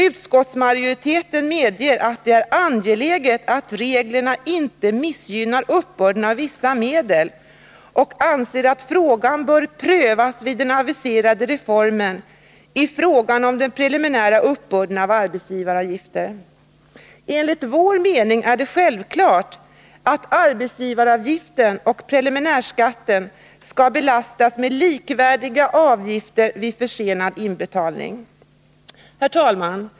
Utskottsmajoriteten medger att det är angeläget att reglerna inte missgynnar uppbörden av vissa medel och anser att frågan bör prövas vid den aviserade reformen i fråga om den preliminära uppbörden av arbetsgivaravgifter. Enligt vår mening är det självklart att arbetsgivaravgiften och preliminärskatten skall belastas med likvärdiga avgifter vid försenad inbetalning. Herr talman!